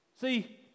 See